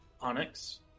Onyx